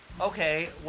Okay